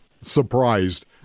surprised